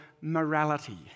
morality